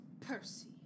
Percy